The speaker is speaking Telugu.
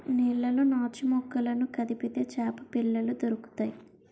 నీళ్లలో నాచుమొక్కలను కదిపితే చేపపిల్లలు దొరుకుతాయి